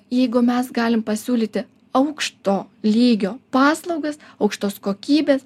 jeigu mes galim pasiūlyti aukšto lygio paslaugas aukštos kokybės